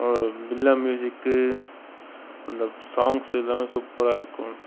பில்லா music அந்த songs எல்லாமே சூப்பராக இருக்கும்